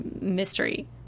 mystery